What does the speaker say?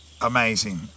amazing